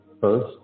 first